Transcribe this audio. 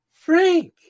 Frank